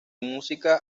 música